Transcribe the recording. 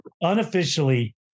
unofficially